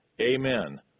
Amen